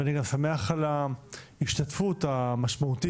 ואני גם שמח על ההשתתפות המשמעותית